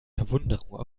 verwunderung